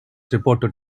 reported